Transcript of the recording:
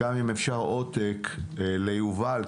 מדברים כרגע על הפעלה מסחרית של התחנה הראשונה מחז"מ 70 באפריל.